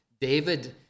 David